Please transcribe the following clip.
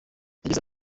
yagize